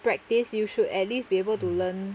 practice you should at least be able to learn